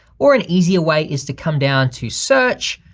or an easier way is to come down to search,